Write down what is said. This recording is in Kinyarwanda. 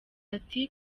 ati